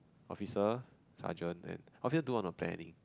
officer sergeant and officer do all the planning